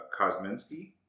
kosminski